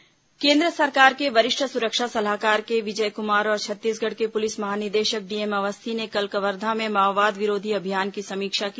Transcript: सुरक्षा सलाहकार बैठक केन्द्र सरकार के वरिष्ठ सुरक्षा सलाहकार के विजय कुमार और छत्तीसगढ़ के पुलिस महानिदेशक डी एम अवस्थी ने कल कवर्धा में माओवाद विरोधी अभियान की समीक्षा की